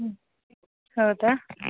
ಹ್ಞೂ ಹೌದಾ